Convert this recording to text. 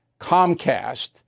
Comcast